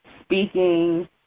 speaking